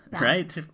Right